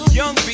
young